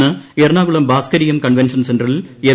ഇന്ന് എറണാകുളം ഭാസ്കരീയം കൺവെൻഷൻ സെന്ററിൽ എം